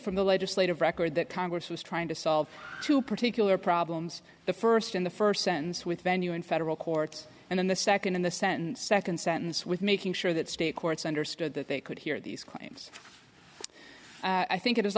from the legislative record that congress was trying to solve two particular problems the first in the first sense with venue in federal courts and then the second in the sense second sentence with making sure that state courts understood that they could hear these crimes i think it is